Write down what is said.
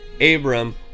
Abram